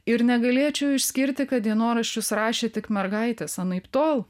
ir negalėčiau išskirti kad dienoraščius rašė tik mergaitės anaiptol